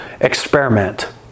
experiment